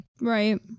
right